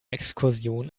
exkursion